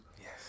Yes